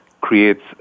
creates